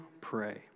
pray